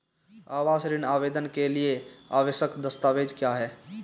आवास ऋण आवेदन के लिए आवश्यक दस्तावेज़ क्या हैं?